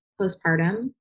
postpartum